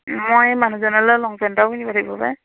মই মানুহজনলে long pant এটাও কিনিব লাগিব পায়